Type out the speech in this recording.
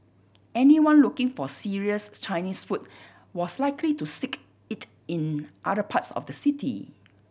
anyone looking for serious Chinese food was likely to seek it in other parts of the city